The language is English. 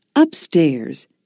Upstairs